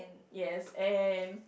yes and